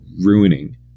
ruining